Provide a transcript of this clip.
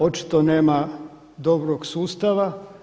Očito nema dobrog sustava.